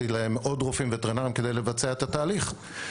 עוד רופאים וטרינרים כדי לבצע את התהליך.